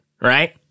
Right